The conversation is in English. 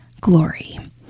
glory